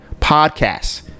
podcasts